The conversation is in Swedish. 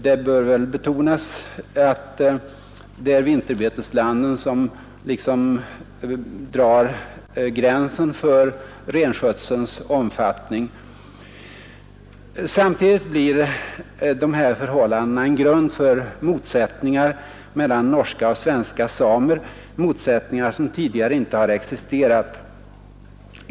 Det bör betonas att det är vinterbeteslanden som liksom drar gränsen för renskötselns omfattning. Samtidigt blir de här förhållandena en grund för motsättningar mellan norska och svenska samer, motsättningar som tidigare inte har existerat.